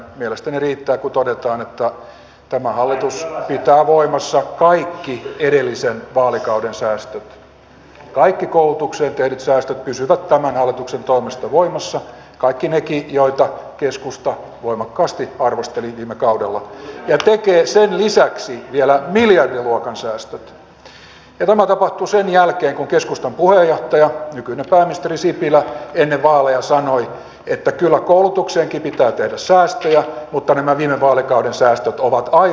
mielestäni riittää kun todetaan että tämä hallitus pitää voimassa kaikki edellisen vaalikauden säästöt kaikki koulutukseen tehdyt säästöt pysyvät tämän hallituksen toimesta voimassa kaikki nekin joita keskusta voimakkaasti arvosteli viime kaudella ja tekee sen lisäksi vielä miljardiluokan säästöt ja tämä tapahtuu sen jälkeen kun keskustan puheenjohtaja nykyinen pääministeri sipilä ennen vaaleja sanoi että kyllä koulutukseenkin pitää tehdä säästöjä mutta nämä viime vaalikauden säästöt ovat aivan liiallisia